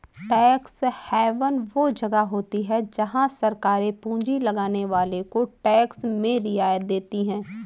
tax haven वो जगह होती हैं जहाँ सरकारे पूँजी लगाने वालो को टैक्स में रियायत देती हैं